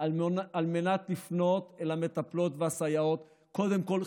על מנת לפנות אל המטפלות והסייעות: קודם כול,